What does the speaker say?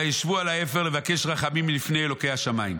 וישבו על האפר לבקש רחמים מלפני אלוקי השמים.